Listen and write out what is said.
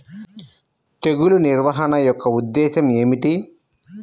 తెగులు నిర్వహణ యొక్క ఉద్దేశం ఏమిటి?